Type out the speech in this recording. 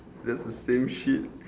that's the same shit